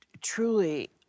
truly